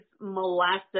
molasses